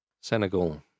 Senegal